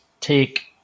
take